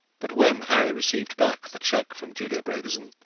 but when harry received back the cheque from julia brabazon,